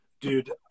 Dude